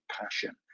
passion